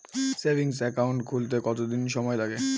Savings account খুলতে কতদিন সময় লাগে?